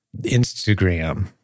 Instagram